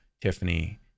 tiffany